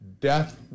death